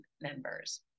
members